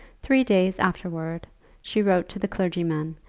three days afterwards she wrote to the clergyman,